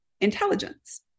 intelligence